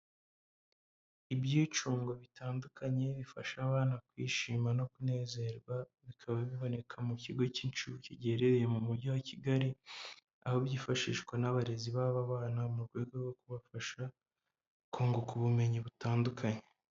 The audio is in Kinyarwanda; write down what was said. Ibyicungo bitandukanye bifasha abana kwishima no kunezerwa, bikaba biboneka mu kigo cy'inshuke giherereye mu mujyi wa Kigali, aho byifashishwa n'abarezi b'aba bana, mu rwego rwo kubafasha kunguka ubumenyi butandukanye.